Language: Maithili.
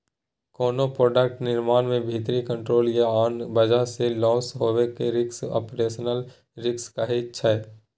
कोनो प्रोडक्ट निर्माण मे भीतरी कंट्रोल या आन बजह सँ लौस हेबाक रिस्क आपरेशनल रिस्क कहाइ छै